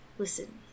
Listen